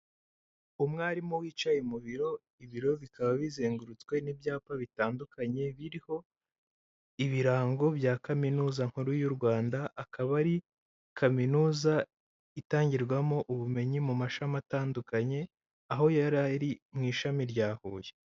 Umwarimu wicaye mu biro, ibiro bikaba bizengurutswe n'ibyapa bitandukanye biriho ibirango bya Kaminuza nkuru y'u Rwanda, akaba ari kaminuza itangirwamo ubumenyi mu mashami atandukanye, aho yari ari mu ishami rya Huye.